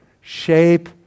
shape